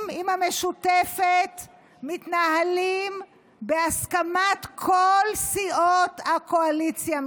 עם המשותפת מתנהלים בהסכמת כל סיעות הקואליציה,